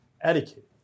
etiquette